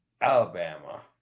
Alabama